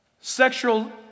sexual